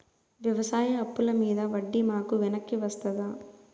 వ్యవసాయ అప్పుల మీద వడ్డీ మాకు వెనక్కి వస్తదా?